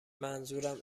منظورم